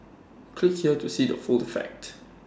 click here to see the full effect